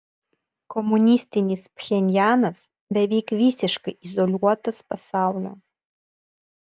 komunistinis pchenjanas beveik visiškai izoliuotas pasaulio